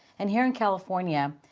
and here in california,